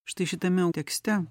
štai šitame tekste